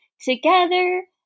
together